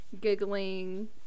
giggling